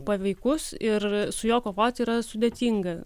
paveikus ir su juo kovoti yra sudėtinga